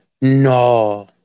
No